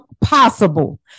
possible